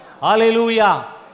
Hallelujah